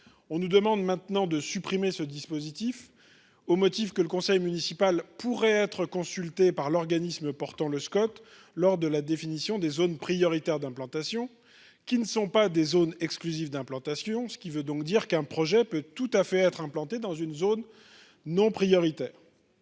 On nous demande maintenant de supprimer ce dispositif, au motif que le conseil municipal sera consulté par l'organisme portant le Scot lors de la définition des zones prioritaires d'implantation, qui ne sont pas des zones exclusives d'implantation, ce qui veut donc dire qu'un projet peut tout à fait être implanté dans une zone non prioritaire.